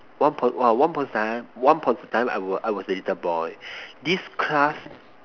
one per one once upon a time once upon a time I were I was a little boy this class